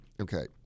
Okay